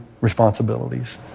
responsibilities